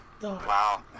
Wow